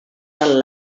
pel